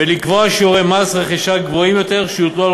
ולקבוע שיעורי מס רכישה גבוהים יותר שיוטלו על